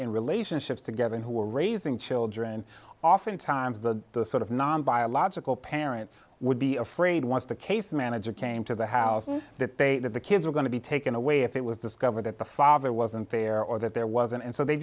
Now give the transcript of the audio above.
in relationships together who were raising children often times the sort of non biological parent would be afraid once the case manager came to the house that day that the kids were going to be taken away if it was discovered that the father wasn't there or that there wasn't and so they